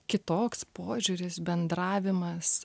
kitoks požiūris bendravimas